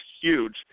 huge